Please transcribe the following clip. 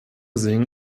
singen